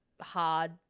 hard